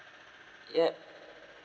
yup